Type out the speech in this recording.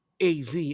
AZ